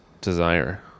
desire